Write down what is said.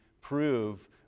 prove